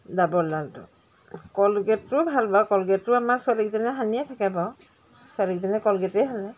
ডাৱৰলালটো কলগেটটোও ভাল বাৰু কলগেটটো আমাৰ ছোৱালীকেইজনীয়ে সানিয়ে থাকে বাৰু ছোৱালীকেইজনীয়ে কলগেটেই সানে